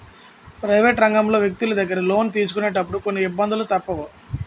private రంగంలో వ్యక్తులు దగ్గర లోను తీసుకున్నప్పుడు కొన్ని ఇబ్బందులు తప్పవు